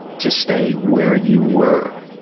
to stay where you were.